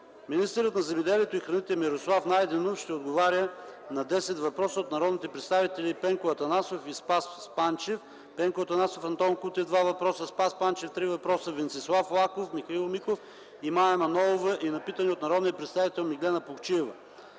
Министърът на земеделието и храните Мирослав Найденов ще отговори на десет въпроса от народните представители Пенко Атанасов и Спас Панчев, Пенко Атанасов, Антон Кутев – два въпроса, Спас Панчев – три въпроса, Венцислав Лаков, Михаил Миков и Мая Манолова и на питане от народния представител Меглена Плугчиева.